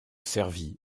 servie